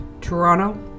Toronto